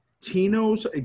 Tino's